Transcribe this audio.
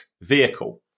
vehicle